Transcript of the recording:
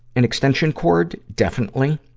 an extension cord, definitely.